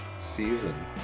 season